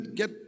get